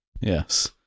yes